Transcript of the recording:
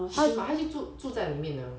已经买他已经住已经住在里面了